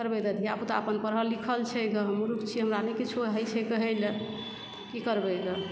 तऽ की करबय गे धियापुता अपन पढ़ल लिखल छै गे हम मुर्ख छियै हमरा नहि किछो होइ छै कहय लए की करबय गे